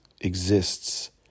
exists